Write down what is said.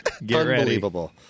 Unbelievable